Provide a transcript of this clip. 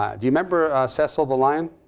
ah do you remember cecil the lion?